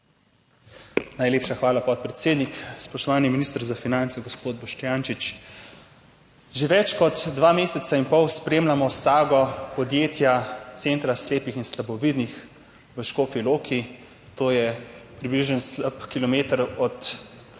Najlepša hvala, podpredsednik. Spoštovani minister za finance gospod Boštjančič! Že več kot dva meseca in pol spremljamo sago podjetja Centra slepih in slabovidnih v Škofji Loki, to je približno slab kilometer od